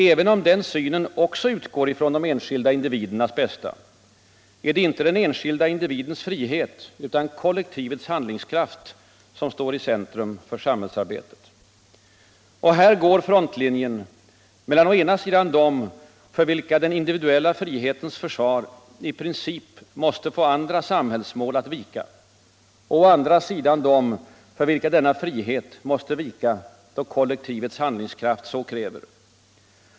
Även om den synen också utgår från de enskilda indi — Frioch rättigheter vidernas bästa är det inte den enskilda individens frihet, utan kollektivets — i grundlag handlingskraft, som står i centrum för samhällsarbetet. Och här går frontlinjen mellan å ena sidan dem för vilka frihetens försvar i princip måste få andra samhällsmål att vika, och å andra sidan dem för vilka denna frihet måste vika då kollektivets handlingskraft så kräver.